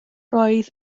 roedd